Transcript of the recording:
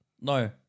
No